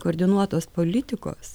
koordinuotos politikos